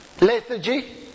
Lethargy